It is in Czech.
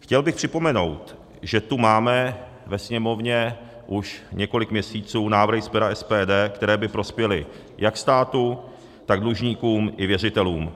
Chtěl bych připomenout, že tu máme ve Sněmovně už několik měsíců návrhy z pera SPD, které by prospěly jak státu, tak dlužníkům i věřitelům.